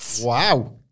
Wow